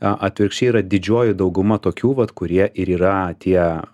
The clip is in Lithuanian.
a atvirkščiai yra didžioji dauguma tokių vat kurie ir yra tie